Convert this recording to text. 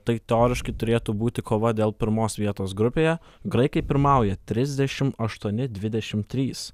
tai teoriškai turėtų būti kova dėl pirmos vietos grupėje graikai pirmauja trisdešimt aštuoni dvidešimt trys